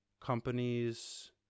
companies